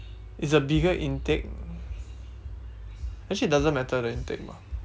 it's a bigger intake actually it doesn't matter the intake bah